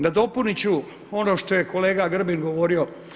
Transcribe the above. Nadopunit ću ono što je kolega Grbin govorio.